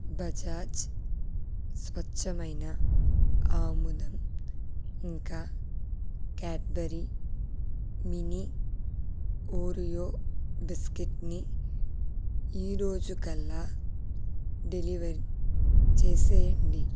బజాజ్ స్వచ్ఛమైన ఆముదం ఇంకా క్యాడ్బరీ మినీ ఓరియో బిస్కెట్ని ఈరోజుకల్లా డెలివర్ చేసేయండి